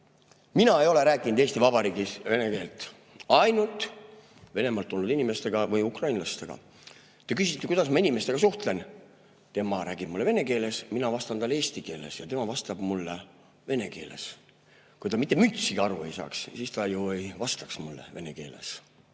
Mina ei ole rääkinud Eesti Vabariigis vene keelt. Ainult Venemaalt tulnud inimestega või ukrainlastega. Te küsite, kuidas ma inimestega suhtlen. Tema räägib minuga vene keeles, mina vastan talle eesti keeles ja tema vastab mulle vene keeles. Kui ta mitte mütsigi aru ei saaks, siis ta ju ei vastaks mulle, ka